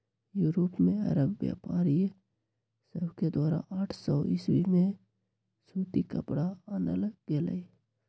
Europe में अरब व्यापारिय सभके द्वारा आठ सौ ईसवी में सूती कपरा आनल गेलइ